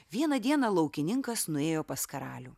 vieną dieną laukininkas nuėjo pas karalių